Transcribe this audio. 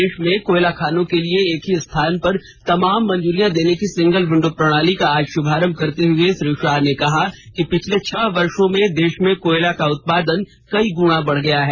देश में कोयला खानों के लिए एक ही स्थान पर तमाम मंजूरियां देने की सिंगल विंडो प्रणाली का आज शुभारंभ करते हुए श्री शाह ने कहा कि पिछले छह वर्षों में देश में कोयले का उत्पादन कई गुना बढ़ गया है